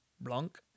Blanc